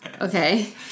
Okay